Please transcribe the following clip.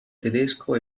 tedesco